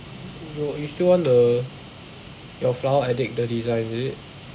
uh you still want the your flour addict the design is it